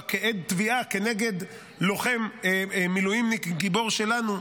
כעד תביעה כנגד לוחם מילואימניק גיבור שלנו,